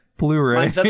blu-ray